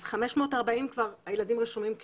אז 540 כבר מהילדים רשומים כיהודים.